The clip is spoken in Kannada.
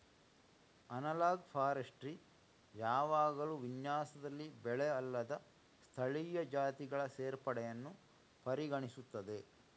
ಅನಲಾಗ್ ಫಾರೆಸ್ಟ್ರಿ ಯಾವಾಗಲೂ ವಿನ್ಯಾಸದಲ್ಲಿ ಬೆಳೆ ಅಲ್ಲದ ಸ್ಥಳೀಯ ಜಾತಿಗಳ ಸೇರ್ಪಡೆಯನ್ನು ಪರಿಗಣಿಸುತ್ತದೆ